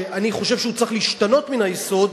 שאני חושב שהוא צריך להשתנות מהיסוד,